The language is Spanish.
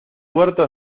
huerto